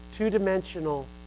two-dimensional